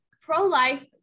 pro-life